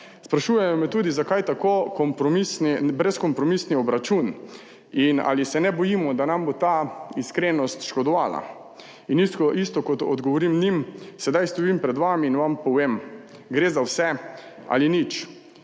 Sprašujejo me tudi, zakaj tako brezkompromisni obračun in ali se ne bojimo, da nam bo ta iskrenost škodovala? In isto kot odgovorim njim, sedaj stojim pred vami in vam povem, gre za vse ali nič.